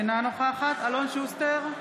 אינה נוכחת אלון שוסטר,